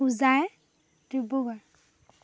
Hojai Dibrugarh